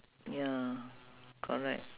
ya correct